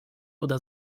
oder